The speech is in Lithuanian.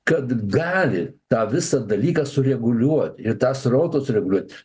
kad gali tą visą dalyką sureguliuot ir tą srautą sureguliuot